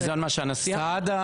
זה מה שהנשיא אמר.